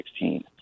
2016